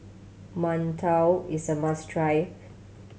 mantou is a must try